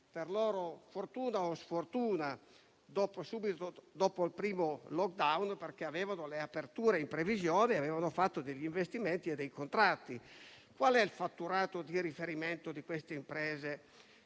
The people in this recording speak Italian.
per loro fortuna o sfortuna, subito dopo il primo *lockdown*, perché avevano l'apertura in previsione e avevano fatto degli investimenti e dei contratti. Qual è il fatturato di riferimento di queste imprese,